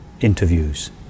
interviews